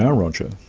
yeah roger,